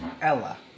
Ella